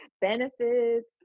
benefits